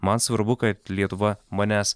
man svarbu kad lietuva manęs